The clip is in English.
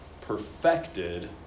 perfected